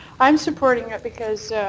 i'm supporting it because